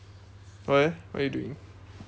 why eh what you doing